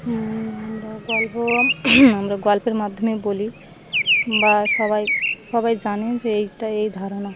আমরা গল্প আমরা গল্পের মাধ্যমে বলি বা সবাই সবাই জানে যে এইটা এই ধারণা